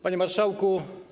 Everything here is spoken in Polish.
Panie Marszałku!